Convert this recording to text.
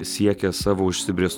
siekia savo užsibrės